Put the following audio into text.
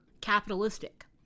capitalistic